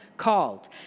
called